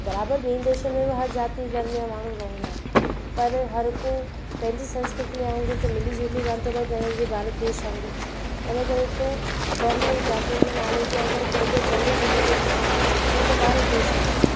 बराबरि ॿियनि देशनि में बि ॿियनि ज़ाति जा माण्हू रहंदा आहिनि पर हर को पंहिंजी संस्कृतीअ वाङुरु त मिली जुली कोन थो रहे पंहिंजे भारत देश वाङुरु इन करे त धर्म ऐं ज़ातियुनि जे नाले ते अगरि कंहिंजो पहिरियों नंबर ते स्थान थो अचे त पंहिंजे भारत देश जो थो अचे